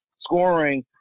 scoring